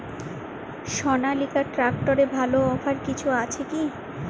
সনালিকা ট্রাক্টরে ভালো অফার কিছু আছে কি?